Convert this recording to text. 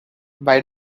why